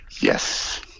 Yes